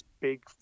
big